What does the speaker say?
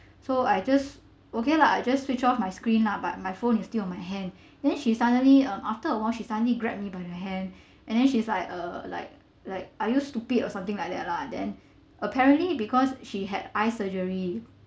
so I just okay lah I just switched off my screen lah but my phone is still in my hand then she suddenly um after awhile she suddenly grabbed me by the hand and then she's like uh like like are you stupid or something like that lah then apparently because she had eye surgery